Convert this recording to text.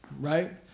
right